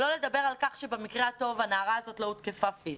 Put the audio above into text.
שלא לדבר על כך שבמקרה הטוב הנערה הזאת לא הותקפה פיזית.